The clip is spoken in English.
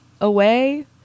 away